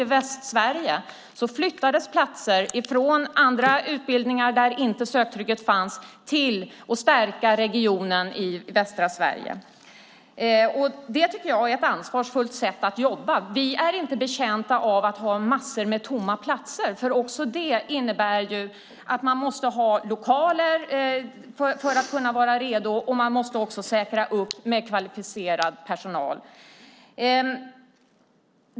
Till Västsverige flyttades platser från andra utbildningar där inte söktrycket fanns för att stärka regionen i västra Sverige. Det tycker jag är ett ansvarsfullt sätt att jobba. Vi är inte betjänta av att ha massor av tomma platser, för det innebär ju också att man måste ha lokaler för att kunna vara redo och att man måste säkra upp med kvalificerad personal.